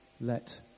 let